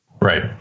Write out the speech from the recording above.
Right